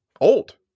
old